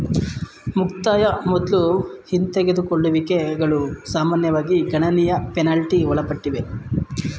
ಮುಕ್ತಾಯ ಮೊದ್ಲು ಹಿಂದೆಗೆದುಕೊಳ್ಳುವಿಕೆಗಳು ಸಾಮಾನ್ಯವಾಗಿ ಗಣನೀಯ ಪೆನಾಲ್ಟಿ ಒಳಪಟ್ಟಿವೆ